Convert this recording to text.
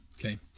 Okay